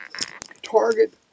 target